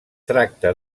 tracta